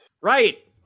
Right